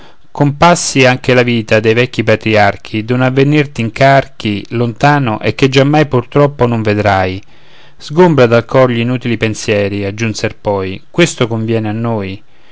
vita dei vecchi patriarchi d'un avvenir t'incarchi lontano e che giammai pur troppo non vedrai sgombra dal cor gl'inutili pensieri aggiunser poi questo conviene a noi